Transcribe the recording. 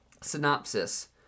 synopsis